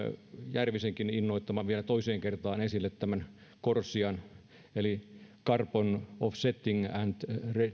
järvisenkin innoittamana vielä toiseen kertaan esille tämän corsian eli carbon offsetting and